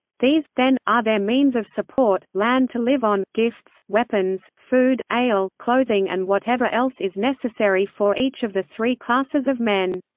these, then, are their means of support land to live on, gifts, weapons, food, ale, clothing and whatever else is necessary for each of the three classes of men.